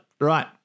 Right